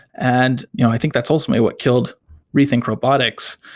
and you know i think that's ultimately what killed rethink robotics.